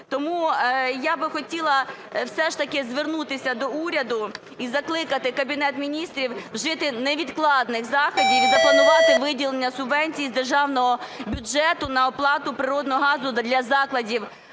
Тому я би хотіла все ж таки звернутися до уряду і закликати Кабінет Міністрів вжити невідкладних заходів і запланувати виділення субвенцій з державного бюджету на оплату природного газу для закладів